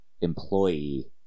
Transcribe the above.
employee